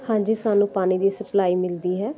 ਹਾਂਜੀ ਸਾਨੂੰ ਪਾਣੀ ਦੀ ਸਪਲਾਈ ਮਿਲਦੀ ਹੈ